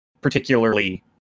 particularly